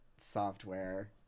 software